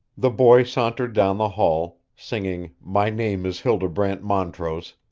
the boy sauntered down the hall, singing my name is hildebrandt montrose,